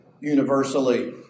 universally